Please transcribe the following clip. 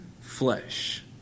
flesh